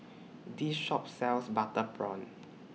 This Shop sells Butter Prawn